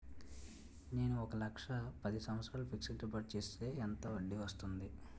నేను ఒక లక్ష పది సంవత్సారాలు ఫిక్సడ్ డిపాజిట్ చేస్తే ఎంత వడ్డీ వస్తుంది?